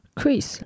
Chris